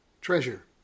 treasure